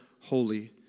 holy